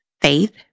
faith